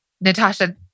Natasha